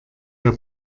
der